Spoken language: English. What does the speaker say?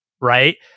right